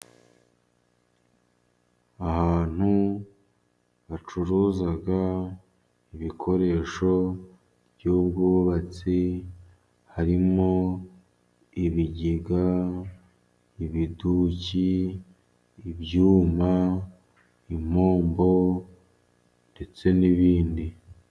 Ahantu hacuruza ibikoresho by'ubwubatsi harimo: ibigega, ibiduki, ibyuma, impombo ndetse n'ibindi.